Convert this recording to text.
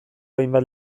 hainbat